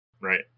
Right